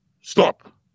Stop